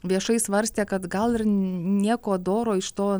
viešai svarstė kad gal ir nieko doro iš to